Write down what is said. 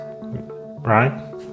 right